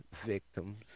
victims